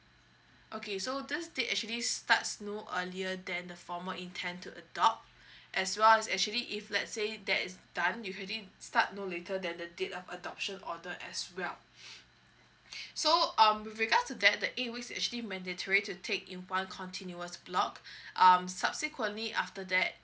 okay so this date actually starts no earlier than the former intend to adopt as well as actually if let say that is done you can start no later than the date of adoption order as well so um with regards to that the eight weeks actually mandatory to take in one continuous block um subsequently after that